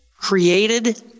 created